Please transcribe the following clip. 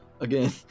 Again